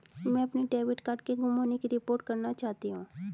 मैं अपने debit card के गुम होने की रिपोर्ट करना चाहती हूँ